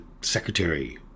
secretary